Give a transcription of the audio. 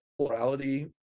plurality